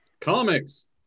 Comics